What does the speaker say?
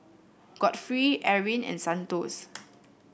Godfrey Eryn and Santos